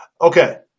Okay